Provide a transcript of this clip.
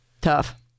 Tough